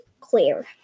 clear